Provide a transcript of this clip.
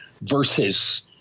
versus